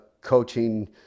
coaching